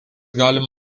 galima